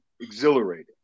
exhilarating